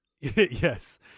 Yes